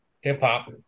hip-hop